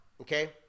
okay